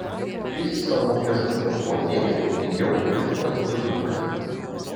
į savo viešbučio fojė įėjau prieš pat vidurnaktį